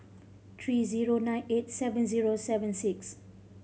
three zero nine eight seven zero seven six